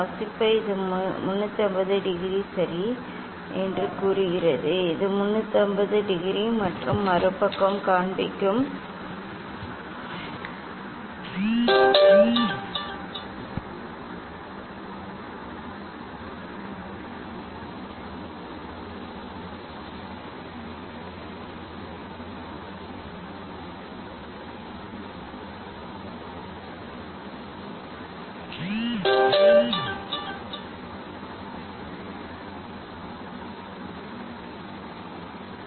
வாசிப்பு இது 350 டிகிரி சரி என்று கூறுகிறது இது 350 டிகிரி மற்றும் மறுபுறம் காண்பிக்கும் இது எதிரெதிர் திசையில் 170 ஐ சுழற்றியுள்ளது